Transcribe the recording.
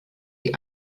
die